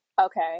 okay